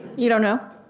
you don't know?